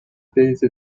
بریزه